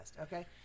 okay